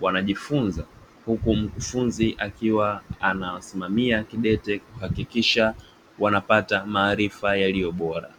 wanajifunza huku mkufunzi akiwa anawasimamia kidete kuhakikisha wanapata maarifa yaliyobora.